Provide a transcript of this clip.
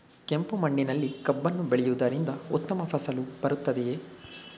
ಕೆಂಪು ಮಣ್ಣಿನಲ್ಲಿ ಕಬ್ಬನ್ನು ಬೆಳೆಯವುದರಿಂದ ಉತ್ತಮ ಫಸಲು ಬರುತ್ತದೆಯೇ?